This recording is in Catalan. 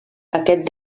aquest